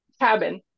cabin